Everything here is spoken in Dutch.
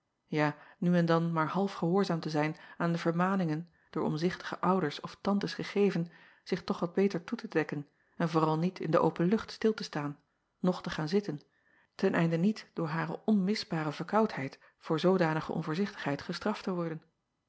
ja nu en dan maar half gehoorzaam te zijn aan de vermaningen door omzichtige ouders of tantes gegeven zich toch wat beter toe te dekken en vooral niet in de open lucht stil te staan noch te gaan zitten ten einde niet door hare onmisbare verkoudheid voor zoodanige onvoorzichtigheid gestraft te worden